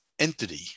entity